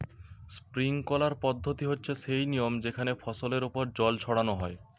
sprinkler পদ্ধতি হচ্ছে সেই নিয়ম যেখানে ফসলের ওপর জল ছড়ানো হয়